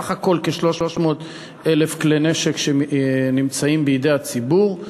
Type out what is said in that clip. בסך הכול כ-300,000 כלי נשק נמצאים בידי הציבור.